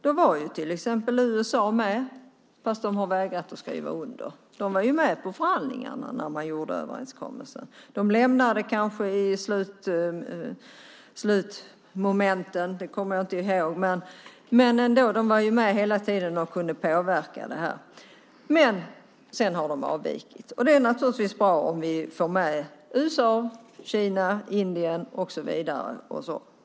Då var till exempel USA med, fast de har vägrat att skriva under. De var med på förhandlingarna om överenskommelsen. De lämnade kanske förhandlingarna i slutmomentet - jag kommer inte ihåg - men de var ändå med hela tiden och kunde påverka det här. Sedan har de avvikit. Det är naturligtvis bra om vi får med USA, Kina, Indien och så vidare.